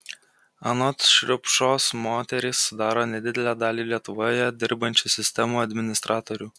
anot šriupšos moterys sudaro nedidelę dalį lietuvoje dirbančių sistemų administratorių